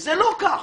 זה לא כך.